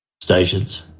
stations